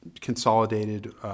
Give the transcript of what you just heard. consolidated